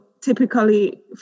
typically